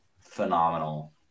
phenomenal